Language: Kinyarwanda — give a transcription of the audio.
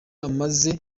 amaze